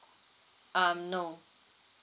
um no